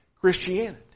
Christianity